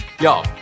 Yo